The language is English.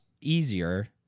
easier